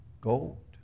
gold